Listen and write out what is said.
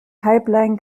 pipeline